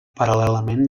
paral·lelament